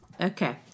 Okay